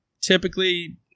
typically